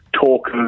talk